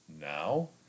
Now